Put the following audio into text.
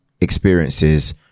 experiences